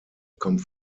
kommt